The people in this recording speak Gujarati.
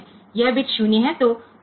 તો આ બીટ 0 છે